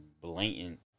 blatant